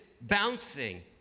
bouncing